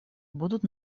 будут